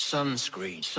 Sunscreen